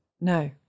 no